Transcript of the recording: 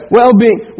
well-being